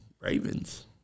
Ravens